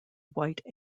white